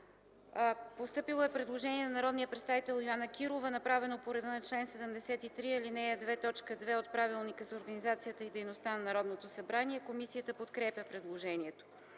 постъпило предложение на народния представител Йоана Кирова, направено по реда на чл. 73, ал. 2, т. 2 от Правилника за организацията и дейността на Народното събрание. Комисията подкрепя предложението.